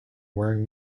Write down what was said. wearing